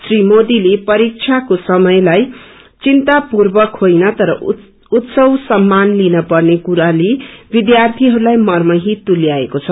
श्री मोदीले परीक्षाको समय चिन्तापूर्वक होइन तर उत्सवसम्मान लिन पेर्न कुराले विध्यार्थीहरूलाई मर्महित तुल्साएको छ